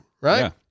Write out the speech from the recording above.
right